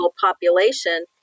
population